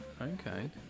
okay